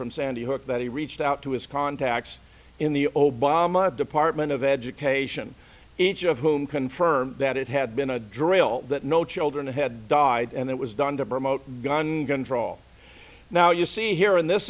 from sandy hook that he reached out to his contacts in the obama department of education each of whom confirmed that it had been a drill that no children had died and it was done to promote gun control now you see here in this